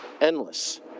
endless